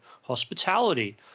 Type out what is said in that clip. hospitality